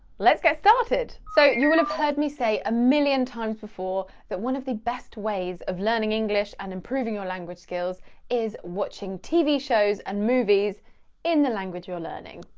let's get started. so you will have heard me say a millions times before that one of the best ways of learning english and improving your language skills is watching tv shows and movies in the language you're learning.